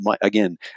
again